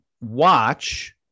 watch